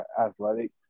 athletic